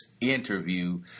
interview